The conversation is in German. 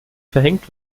verhängt